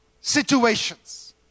Situations